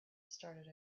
started